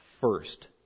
first